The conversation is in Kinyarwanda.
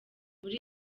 muri